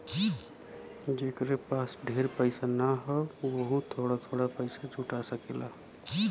जेकरे पास ढेर पइसा ना हौ वोहू थोड़ा थोड़ा पइसा जुटा सकेला